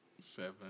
seven